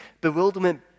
bewilderment